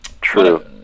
True